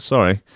Sorry